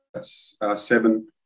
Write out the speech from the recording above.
seven